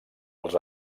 els